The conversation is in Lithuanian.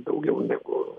daugiau negu